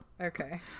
Okay